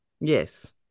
yes